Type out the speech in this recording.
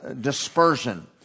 dispersion